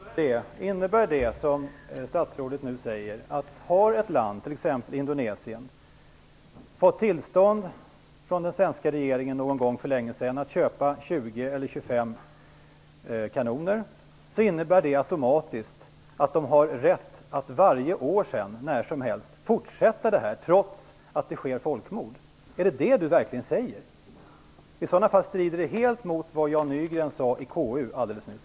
Fru talman! Innebär det som statsrådet nu säger att om ett land, t.ex. Indonesien, har fått tillstånd från den svenska regeringen någon gång för länge sedan att köpa 20 eller 25 kanoner att det automatiskt har rätt att varje år sedan, när som helst, fortsätta med detta, trots att det sker folkmord? Är det det Leif Pagrotsky verkligen säger? I sådana fall strider det helt mot vad Jan Nygren sade i KU alldeles nyss.